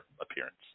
appearance